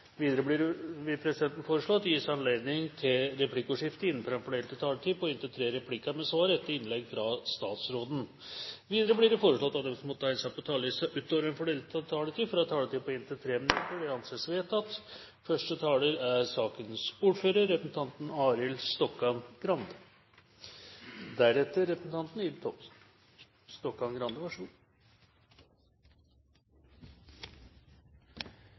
vil presidenten foreslå at det gis anledning til replikkordskifte på inntil 3 replikker med svar etter innlegget fra statsråden innenfor den fordelte taletid. Videre blir det foreslått at de som måtte tegne seg på talerlisten utover den fordelte taletid, får en taletid på inntil 3 minutter. – Det anses vedtatt.